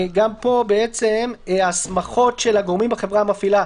גם פה בעצם הסמכות של הגורמים בחברה המפעילה,